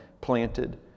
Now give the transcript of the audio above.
planted